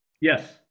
Yes